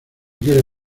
quieres